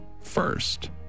first